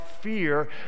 fear